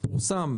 פורסם.